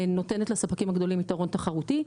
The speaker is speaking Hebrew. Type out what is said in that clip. נותנת לספקים הגדולים יתרון תחרותי,